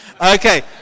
Okay